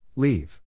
Leave